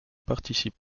participent